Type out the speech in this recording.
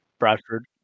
bradford